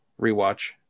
rewatch